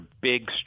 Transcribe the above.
big